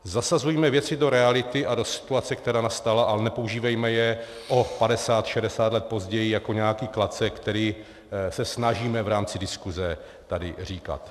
Zasazujme věci do reality a do situace, která nastala, ale nepoužívejme je o 50, 60 let později jako nějaký klacek, který se snažíme v rámci diskuse tady říkat.